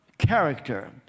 character